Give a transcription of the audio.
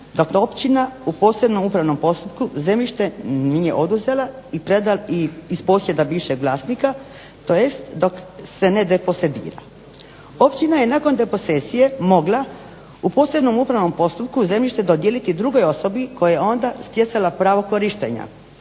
korištenja … u posebnom upravom postupku zemljište nije oduzela iz posjeda bivšeg vlasnika tj. dok se ne … Općina je nakon deposesije mogla u posebnom upravnom postupku zemljište dodijeliti drugoj osobi koja onda stjecala pravo korištenja